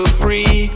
free